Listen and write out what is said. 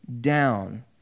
down